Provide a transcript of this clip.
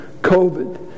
COVID